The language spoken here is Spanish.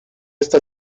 esta